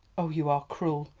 oh, you are cruel,